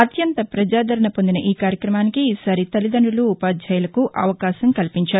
అత్యంత పజాదారణ పొందిన ఈ కార్యక్రమానికి ఈసారి తల్లిదండులు ఉపాధ్యాయులకు అవకాశం కల్పించారు